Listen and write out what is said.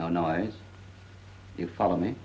no no i you follow me